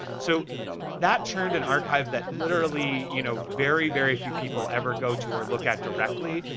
so that churned an archive that literally, you know very very few people ever go to or look at directly,